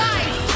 Life